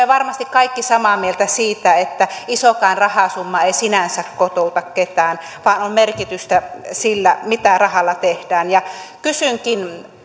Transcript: varmasti kaikki samaa mieltä siitä että isokaan rahasumma ei sinänsä kotouta ketään vaan on merkitystä sillä mitä rahalla tehdään kysynkin